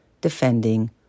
defending